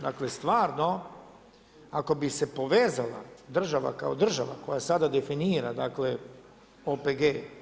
Dakle, stvarno ako bi se povezala država kao država, koja sada definira dakle, OPG.